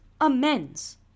amends